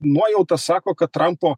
nuojauta sako kad trampo